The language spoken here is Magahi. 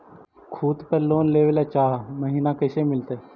खूत पर लोन लेबे ल चाह महिना कैसे मिलतै?